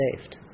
saved